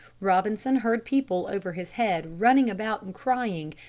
robinson heard people over his head running about and crying,